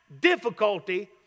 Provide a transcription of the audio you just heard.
difficulty